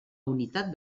unitat